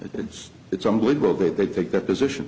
it's it's unbelievable that they take that position